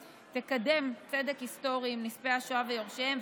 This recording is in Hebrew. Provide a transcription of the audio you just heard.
יקדמו צדק היסטורי עם נספי השואה ויורשיהם,